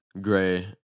Gray